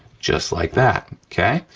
just like that, okay?